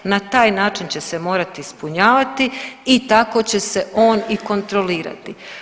Na taj način će se morati ispunjavati i tako će se on i kontrolirati.